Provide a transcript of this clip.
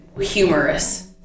Humorous